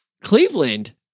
Cleveland